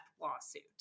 lawsuit